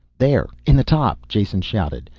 there in the top! jason shouted,